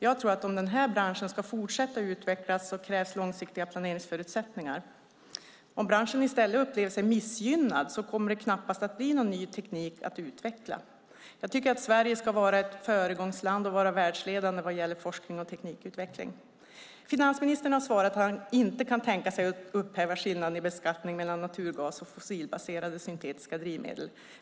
Jag tror att om branschen ska fortsätta utvecklas krävs långsiktiga planeringsförutsättningar. Om branschen i stället upplever sig missgynnad så kommer det knappast att bli någon ny teknik att utveckla. Jag tycker att Sverige ska vara ett föregångsland och vara världsledande vad gäller forskning och teknikutveckling. Finansministern har svarat att han inte kan tänka sig att upphäva skillnaden i beskattning mellan naturgas och fossilbaserade syntetiska drivmedel.